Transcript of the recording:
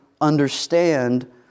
understand